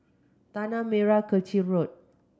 Tanah Merah Kechil Road